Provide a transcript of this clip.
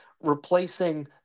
replacing